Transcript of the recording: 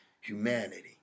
humanity